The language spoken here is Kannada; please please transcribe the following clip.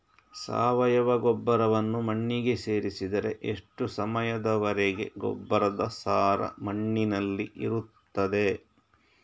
ಸಾವಯವ ಗೊಬ್ಬರವನ್ನು ಮಣ್ಣಿಗೆ ಸೇರಿಸಿದರೆ ಎಷ್ಟು ಸಮಯದ ವರೆಗೆ ಗೊಬ್ಬರದ ಸಾರ ಮಣ್ಣಿನಲ್ಲಿ ಇರುತ್ತದೆ?